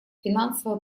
финансовое